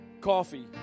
coffee